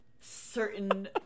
certain